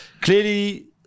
Clearly